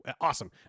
awesome